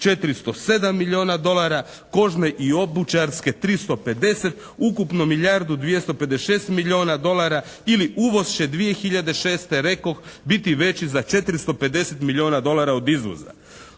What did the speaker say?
407 milijuna dolara. Kožne i obućarske 350. Ukupno milijardu 256 milijuna dolara ili uvoz će 2006. rekoh biti veći za 450 milijuna dolara od izvoza.